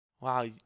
Wow